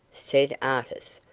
said artis,